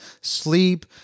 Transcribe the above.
sleep